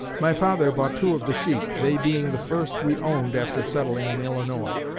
my father bought two of the sheep, they being the first we owned after settling in illinois.